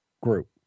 group